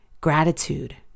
Gratitude